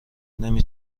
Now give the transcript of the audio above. نمی